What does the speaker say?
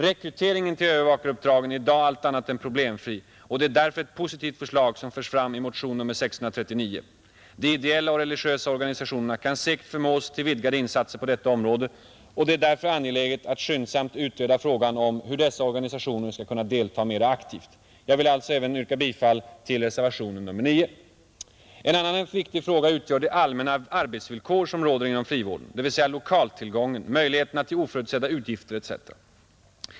Rekryteringen till övervakaruppdragen är i dag allt annat än problemfri, och det är därför ett positivt förslag som förs fram i motionen 639 till årets riksdag. De ideella och religiösa organisationerna kan säkert förmås till vidgade insatser på detta område, och det är därför angeläget att skyndsamt utreda frågan om hur dessa organisationer skall kunna delta mera aktivt. Jag vill alltså yrka bifall även till reservationen 9. En annan viktig fråga utgör de allmänna arbetsvillkor som råder inom frivården, dvs. lokaltillgången, möjligheterna till oförutsedda utgifter etc.